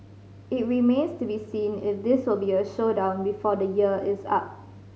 it remains to be seen if this will be a showdown before the year is up